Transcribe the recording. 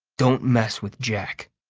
don't mess with jack,